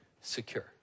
secure